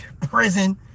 prison